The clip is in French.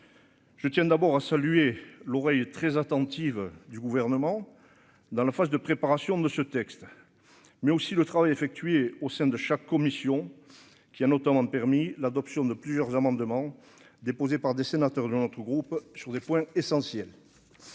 je tiens d'abord à saluer l'oreille très attentive du gouvernement dans la phase de préparation de ce texte, mais aussi le travail effectué au sein de chaque commission qui a notamment permis l'adoption de plusieurs amendements déposés par des sénateurs de notre groupe sur des points essentiels.